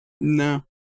no